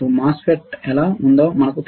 MOSFET ఎలా ఉందో మనకు తెలుసు